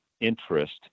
interest